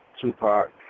Tupac